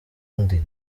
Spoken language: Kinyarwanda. undi